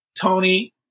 Tony